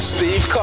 Steve